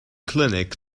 clinic